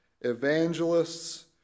evangelists